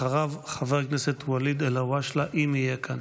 אחריו, חבר הכנסת ואליד אלהואשלה, אם יהיה כאן.